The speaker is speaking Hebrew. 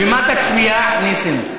ומה תצביע, נסים?